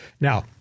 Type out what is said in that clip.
Now